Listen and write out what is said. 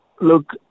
look